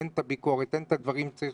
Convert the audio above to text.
אין את הביקורת ואין את הדברים שצריך